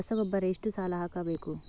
ರಸಗೊಬ್ಬರ ಎಷ್ಟು ಸಲ ಹಾಕಬೇಕು?